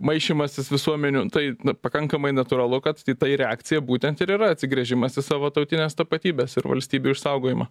maišymasis visuomenių tai pakankamai natūralu kad į tai reakcija būtent ir yra atsigręžimas į savo tautinės tapatybės ir valstybių išsaugojimą